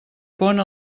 pont